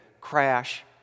crash